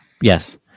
Yes